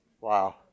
Wow